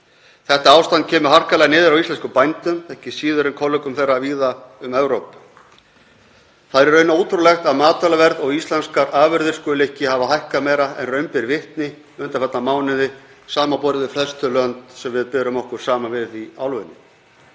Þetta ástand kemur harkalega niður á íslenskum bændum, ekki síður en kollegum þeirra víða um Evrópu. Það er í raun ótrúlegt að matvælaverð og íslenskar afurðir skuli ekki hafa hækkað meira en raun ber vitni undanfarna mánuði samanborið við flest þau lönd sem við berum okkur saman við í álfunni.